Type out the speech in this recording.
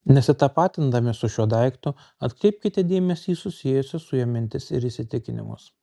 nesitapatindami su šiuo daiktu atkreipkite dėmesį į susijusias su juo mintis ir įsitikinimus